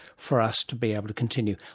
for us to be able to continue.